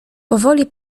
powoli